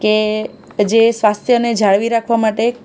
કે જે સ્વાસ્થ્યને જાળવી રાખવા માટે